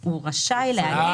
הוא רשאי להגיש.